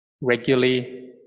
regularly